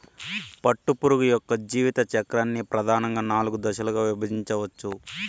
పట్టుపురుగు యొక్క జీవిత చక్రాన్ని ప్రధానంగా నాలుగు దశలుగా విభజించవచ్చు